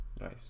Nice